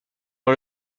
par